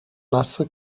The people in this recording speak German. nasse